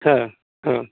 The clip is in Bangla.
হ্যাঁ হ্যাঁ